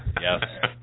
Yes